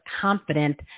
confident